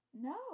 No